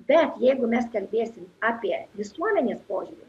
bet jeigu mes kalbėsim apie visuomenės požiūrį